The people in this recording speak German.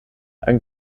ein